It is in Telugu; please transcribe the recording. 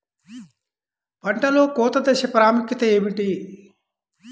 పంటలో కోత దశ ప్రాముఖ్యత ఏమిటి?